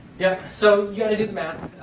yep. so you got to do the math.